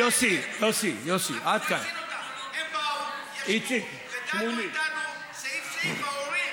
הם באו ישבו, ודנו איתנו סעיף-סעיף, ההורים.